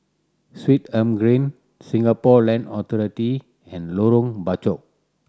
Swettenham Green Singapore Land Authority and Lorong Bachok